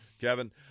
Kevin